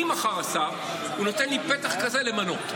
אני מחר השר, הוא נותן לי פתח כזה למנות.